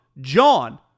JOHN